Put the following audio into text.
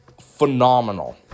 phenomenal